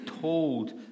told